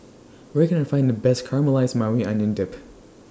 Where Can I Find The Best Caramelized Maui Onion Dip